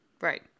Right